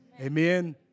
amen